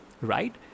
right